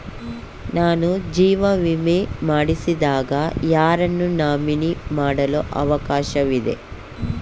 ನಾನು ಜೀವ ವಿಮೆ ಮಾಡಿಸಿದಾಗ ಯಾರನ್ನು ನಾಮಿನಿ ಮಾಡಲು ಅವಕಾಶವಿದೆ?